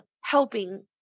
helping